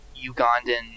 Ugandan